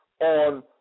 on